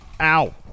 Ow